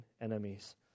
enemies